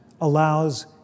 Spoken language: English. allows